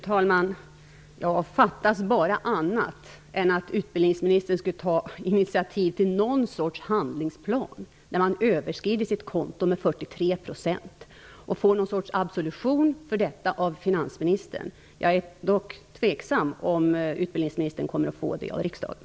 Fru talman! Fattas bara att utbildningsministern inte skulle ta initiativ till någon sorts handlingsplan när han överskrider sitt konto med 43 % och får någon sorts absolution för detta av finansministern. Jag är dock tveksam till om utbildningsministern kommer att få det av riksdagen.